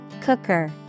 Cooker